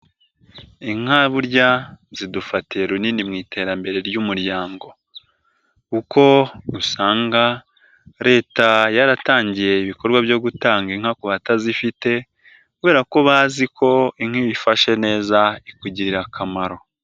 Inka burya zidufatira runini mu iterambere ry'umuryango kuko usanga Leta yaratangiye ibikorwa byo gutanga inka ku batazifite kubera ko bazi ko inka ifashe neza, ikugirira akamaro.